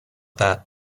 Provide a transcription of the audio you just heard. that